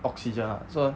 oxygen ah so